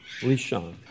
Lishan